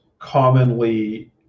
commonly